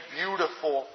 beautiful